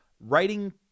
Writing